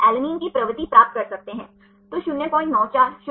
तो इसे 310 हेलिक्स कहा जाता है और यदि यह i और i 5 है